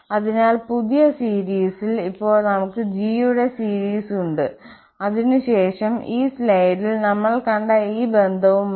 അതിനാൽ പുതിയ സീരിസിൽ അതിനാൽ ഇപ്പോൾ നമുക്ക് g യുടെ സീരിസുണ്ട് അതിനുശേഷം ഈ സ്ലൈഡിൽ നമ്മൾ കണ്ട ഈ ബന്ധവും ഉണ്ട്